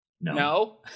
No